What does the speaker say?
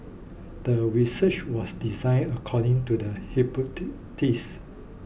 the research was designed according to the